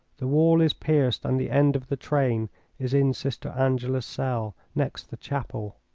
the wall is pierced, and the end of the train is in sister angela's cell, next the chapel.